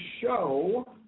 show